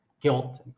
guilt